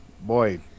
boy